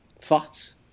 Thoughts